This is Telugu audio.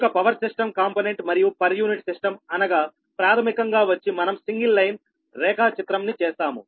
కనుక పవర్ సిస్టం కాంపోనెంట్ మరియు పర్ యూనిట్ సిస్టం అనగా ప్రాథమికంగా వచ్చి మనం సింగిల్ లైన్ రేఖాచిత్రం ని చేస్తాము